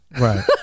right